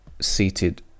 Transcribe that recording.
seated